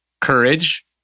Courage